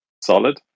solid